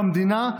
במדינה,